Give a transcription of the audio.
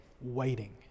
waiting